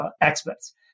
experts